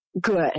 good